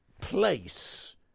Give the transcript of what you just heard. place